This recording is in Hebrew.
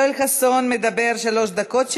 יואל חסון מדבר שלוש דקות,